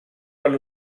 allo